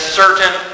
certain